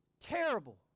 terrible